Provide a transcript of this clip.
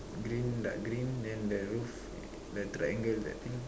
green dark green then the roof the triangle that thing